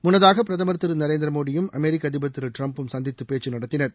முன்னதாக பிரதமர் திரு நரேந்திர மோடியும் அமெரிக்க அதிபர் திரு டிரம்பும் சந்தித்து பேச்சு நடத்தினார்